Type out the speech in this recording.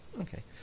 Okay